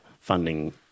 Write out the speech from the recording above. funding